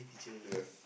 yes